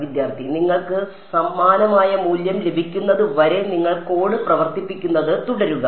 വിദ്യാർത്ഥി നിങ്ങൾക്ക് സമാനമായ മൂല്യം ലഭിക്കുന്നതുവരെ നിങ്ങൾ കോഡ് പ്രവർത്തിപ്പിക്കുന്നത് തുടരുക